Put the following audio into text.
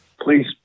please